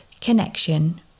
connection